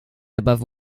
above